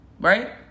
right